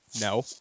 no